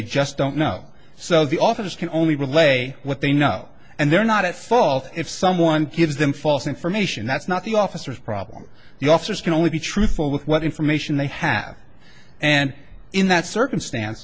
they just don't know so the office can only relate a what they know and they're not at fault if someone gives them false information that's not the officers problem the officers can only be truthful with what information they have and in that circumstance